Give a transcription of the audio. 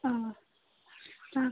ಹಾಂ ಹಾಂ